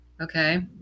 okay